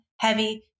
heavy